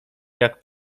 jak